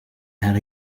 head